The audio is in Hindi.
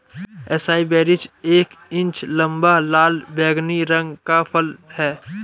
एसाई बेरीज एक इंच लंबा, लाल बैंगनी रंग का फल है